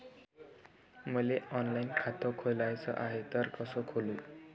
मले ऑनलाईन खातं खोलाचं हाय तर कस खोलू?